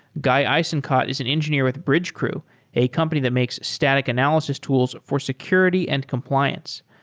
guy eisenkot is an engineer with bridgecrew a company that makes static analysis tools for security and compliance.